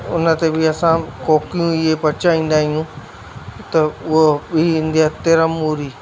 उन ते बि असां कोकी इहे पचाईंदा आहियूं त उहो ॿी ईंदी आहे तिरमूरी